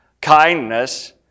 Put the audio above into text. kindness